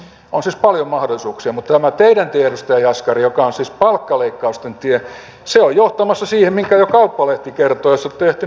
on siis paljon mahdollisuuksia mutta tämä teidän tienne edustaja jaskari joka on siis palkkaleikkausten tie on johtamassa siihen minkä jo kauppalehti kertoi jos ette ehtinyt lukea